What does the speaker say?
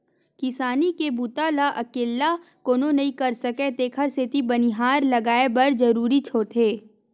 किसानी के बूता ल अकेल्ला कोनो नइ कर सकय तेखर सेती बनिहार लगये बर जरूरीच होथे